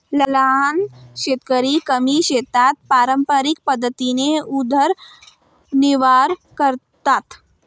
लहान शेतकरी कमी शेतात पारंपरिक पद्धतीने उदरनिर्वाह करतात